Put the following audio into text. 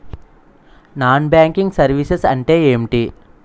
Non banking services అంటే ఎంటి?